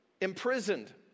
Imprisoned